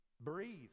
breathe